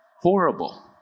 Horrible